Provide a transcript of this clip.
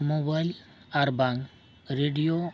mobile ᱟᱨᱵᱟᱝ radio